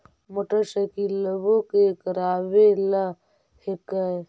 मोटरसाइकिलवो के करावे ल हेकै?